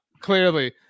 Clearly